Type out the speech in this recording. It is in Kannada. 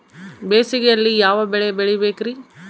ಬೇಸಿಗೆಯಲ್ಲಿ ಯಾವ ಬೆಳೆ ಬೆಳಿಬೇಕ್ರಿ?